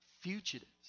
fugitives